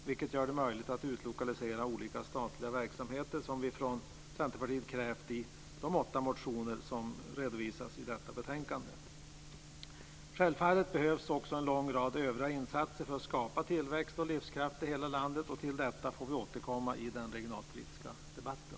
Detta gör det möjligt att utlokalisera olika statliga verksamheter, något som vi i Centerpartiet kräver i de åtta motioner som redovisas i betänkandet. Självfallet behövs det också en lång rad andra insatser för att skapa tillväxt och livskraft i hela landet. Till detta får vi återkomma i den regionalpoltiska debatten.